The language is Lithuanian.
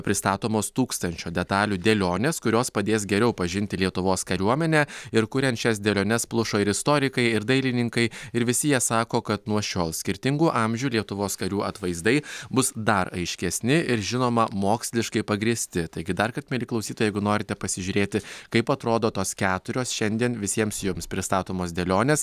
pristatomos tūkstančio detalių dėlionės kurios padės geriau pažinti lietuvos kariuomenę ir kuriant šias dėliones plušo ir istorikai ir dailininkai ir visi jie sako kad nuo šiol skirtingų amžių lietuvos karių atvaizdai bus dar aiškesni ir žinoma moksliškai pagrįsti taigi dar kad mieli klausytojai jeigu norite pasižiūrėti kaip atrodo tos keturios šiandien visiems jums pristatomos dėlionės